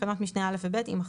תקנות משנה (א) ו-(ב) יימחקו.